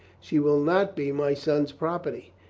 she will not be my son's property?